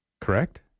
correct